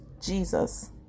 jesus